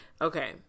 okay